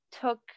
took